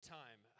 time